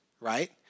right